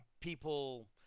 people